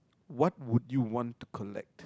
what would you want to collect